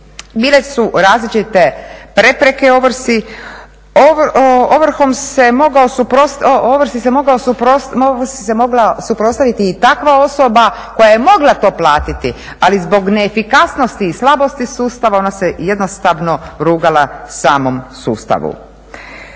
Bile su različite prepreke ovrsi. Ovrsi se mogla suprotstaviti i takva osoba koja je mogla to platiti, ali zbog neefikasnosti i slabosti sustava ona se jednostavno rugala samom sustavu.